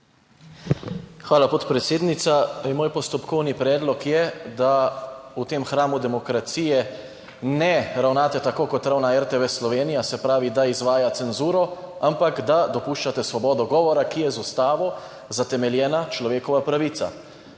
Hvala, podpredsednica. In moj postopkovni predlog je, da v tem hramu demokracije ne ravnate tako kot ravna RTV Slovenija, se pravi, da izvaja cenzuro, ampak da dopuščate svobodo govora, ki je z Ustavo zatemeljena človekova pravica.